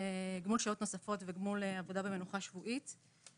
גמול שעות נוספות וגמול עבודה ומנוחה שבועית?